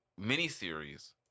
miniseries